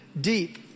deep